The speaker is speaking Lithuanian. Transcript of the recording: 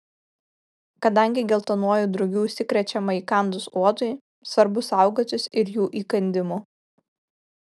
kadangi geltonuoju drugiu užsikrečiama įkandus uodui svarbu saugotis ir jų įkandimų